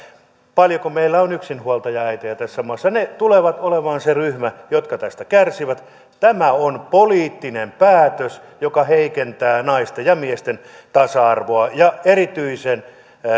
paljonko meillä on yksinhuoltajaäitejä tässä maassa he tulevat olemaan se ryhmä joka tästä kärsii tämä on poliittinen päätös joka heikentää naisten ja miesten tasa arvoa ja erityisen